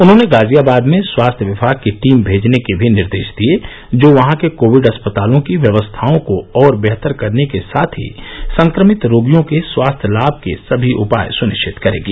उन्होंने गाजियाबाद में स्वास्थ्य विभाग की टीम भेजने के भी निर्देश दिए जो वहां के कोविड अस्पतालों की व्यवस्थाओं को और बेहतर करने के साथ ही संक्रमित रोगियों के स्वास्थ्य लाभ के सभी उपाय सुनिश्चित करेगी